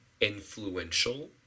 influential